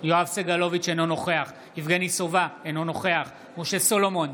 אינו נוכח יבגני סובה, אינו נוכח משה סולומון,